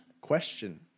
question